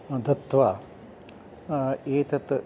दत्वा एतत्